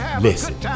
listen